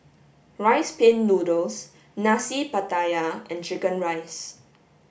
rice pin noodles Nasi Pattaya and chicken rice